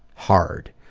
hard.